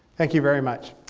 thank you very much.